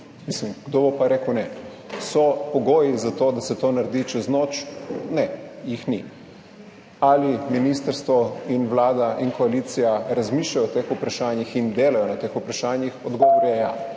Mislim, kdo bo pa rekel ne? So pogoji za to, da se to naredi čez noč? Ne, jih ni. Ali ministrstvo in Vlada in koalicija razmišlja o teh vprašanjih in delajo na teh vprašanjih? Odgovor je ja.